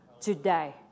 today